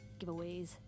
giveaways